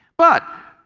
but,